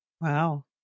Wow